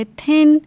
thin